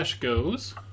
goes